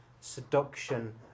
seduction